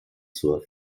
zur